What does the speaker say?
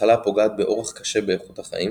מחלה הפוגעת באורך קשה באיכות החיים